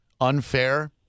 unfair